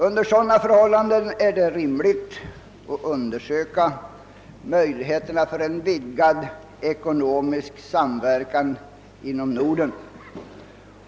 Under sådana förhållanden är det rimligt att undersöka möjligheterna för en vidgad ekonomisk samverkan inom Norden.